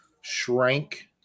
shrank